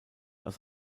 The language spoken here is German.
aus